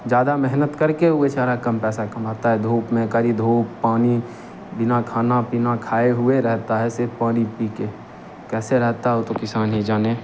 ज़्यादी मेहनत कर के वह बेचारा कम पैसा कमाता है धूप में कड़ी धूप पानी बिना खाना पीना खाए हुए रहता है सिर्फ़ पानी पी कर कैसे रहता है वह तो किसान ही जाने